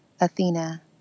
Athena